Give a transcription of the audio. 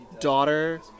Daughter